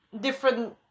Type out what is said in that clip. different